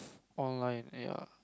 online ya